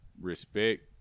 respect